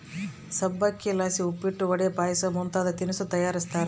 ಸಬ್ಬಕ್ಶಿಲಾಸಿ ಉಪ್ಪಿಟ್ಟು, ವಡೆ, ಪಾಯಸ ಮುಂತಾದ ತಿನಿಸು ತಯಾರಿಸ್ತಾರ